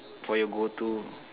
for your go to